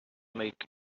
make